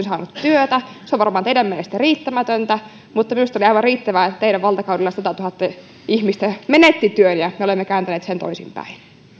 saanut työtä se on varmasti teidän mielestänne riittämätöntä mutta minusta oli aivan riittävää että kun teidän valtakaudellanne satatuhatta ihmistä menetti työn me olemme kääntäneet sen toisin päin